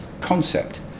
concept